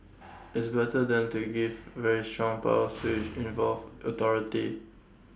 it's better than to give very strong powers to each involved authority